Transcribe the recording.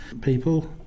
people